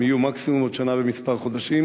הם יהיו מקסימום עוד שנה ומספר חודשים,